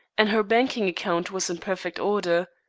and her banking account was in perfect order.